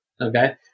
okay